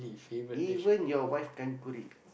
even your wife can't cook it